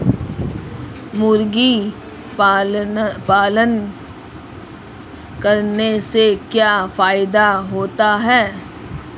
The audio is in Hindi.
मुर्गी पालन करने से क्या फायदा होता है?